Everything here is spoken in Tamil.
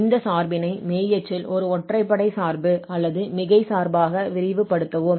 இந்த சார்பினை மெய் அச்சில் ஒரு ஒற்றைப்படை சார்பு அல்லது மிகை சார்பாக விரிவுபடுத்துவோம்